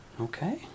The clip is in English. Okay